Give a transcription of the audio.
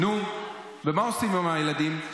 --- נו, ומה עושים עם הילדים?